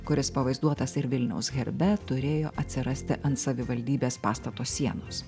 kuris pavaizduotas ir vilniaus herbe turėjo atsirasti ant savivaldybės pastato sienos